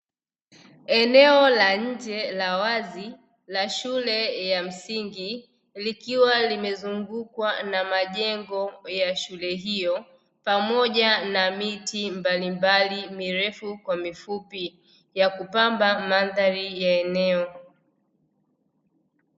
Eneo la nje la wazi la shule ya msingi, likiwa limezungukwa na majengo yashule hiyo pamoja na miti mbalimbali mirefu kwa mifupi yakupamba mandhari ya eneo.